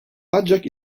ancak